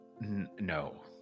No